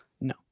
No